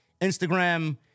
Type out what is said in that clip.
Instagram